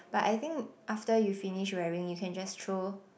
but I think after you finish wearing you can just throw